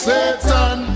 Satan